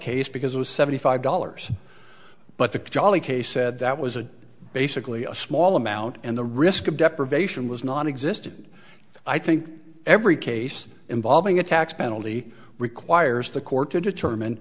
case because it was seventy five dollars but the jolly case said that was a basically a small amount and the risk of deprivation was nonexistent i think every case involving a tax penalty requires the court to determine